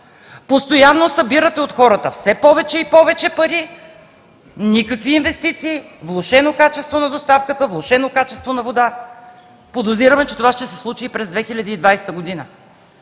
Постоянно събирате от хората все повече и повече пари – никакви инвестиции, влошено качество на доставката, влошено качество на водата. Подозираме, че това ще се случи и през 2020 г.